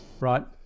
Right